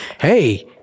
Hey